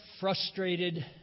frustrated